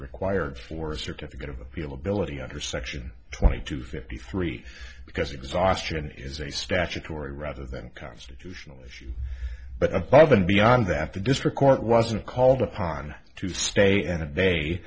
required for a certificate of appeal ability under section twenty two fifty three because exhaustion is a statutory rather than constitutional issue but above and beyond that the district court wasn't called upon to stay in a